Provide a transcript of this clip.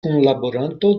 kunlaboranto